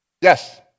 Yes